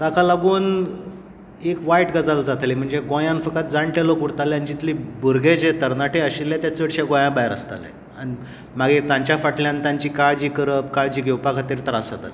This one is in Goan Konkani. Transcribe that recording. ताका लागून एक वायट गजाल जाताली म्हणजे गोंयांत फकत जाण्टे लोक उरतालें आनी जितले भुरगें तरणाटें आशिल्ले तें चडशें गोंया भायर आसतालें आनी मागीर तांच्या फाटल्यान तांची काळजी करप काळजी घेवपां खातीर त्रास जाताले